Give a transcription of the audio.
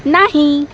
नाही